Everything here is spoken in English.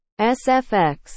SFX